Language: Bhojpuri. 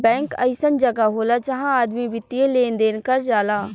बैंक अइसन जगह होला जहां आदमी वित्तीय लेन देन कर जाला